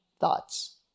thoughts